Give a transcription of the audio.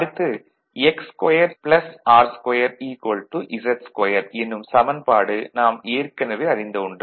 அடுத்து X2 R2 Z2 என்னும் சமன்பாடு நாம் ஏற்கனவே அறிந்த ஒன்று